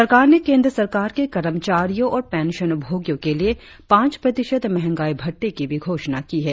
सरकार ने केंद्र सरकार के कर्मचारियों और पेंशन भोगियों के लिए पांच प्रतिशत मंहगाई भत्ते की भी घोषणा की है